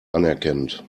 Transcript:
anerkennend